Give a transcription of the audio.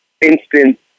instant